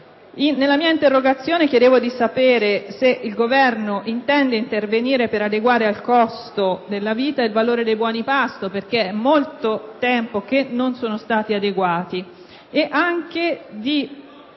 Nella mia interrogazione chiedevo di sapere se il Governo intende intervenire per adeguare al costo della vita il valore dei buoni pasto, perché è molto tempo che non vengono adeguati, e per